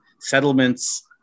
settlements